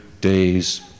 days